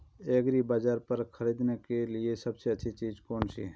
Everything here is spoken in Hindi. एग्रीबाज़ार पर खरीदने के लिए सबसे अच्छी चीज़ कौनसी है?